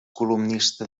columnista